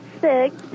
six